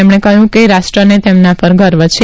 તેમણે કહયું હતું કે રાષ્ટ્રને તેમના પર ગર્વ છે